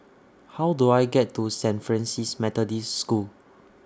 How Do I get to Saint Francis Methodist School